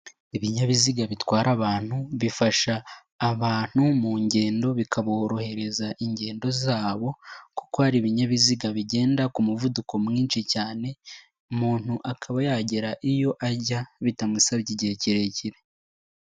Ibinyabiziga bitwara abantu, bifasha abantu mu ngendo, bikaborohereza ingendo zabo kuko hari ibinyabiziga bigenda ku muvuduko mwinshi cyane, umuntu akaba yagera iyo ajya bitamusaba igihe kirekire.